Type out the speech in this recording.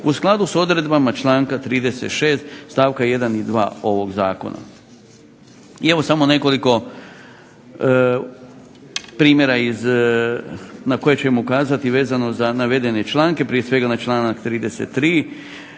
u skladu s odredbama članka 36. stavka 1. i 2. ovog zakona. I evo samo nekoliko primjera na koje ćemo ukazati vezano na navedene članka, prije svega na članak 33.